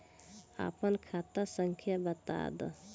आपन खाता संख्या बताद